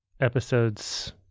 episodes